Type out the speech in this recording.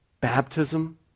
Baptism